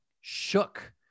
shook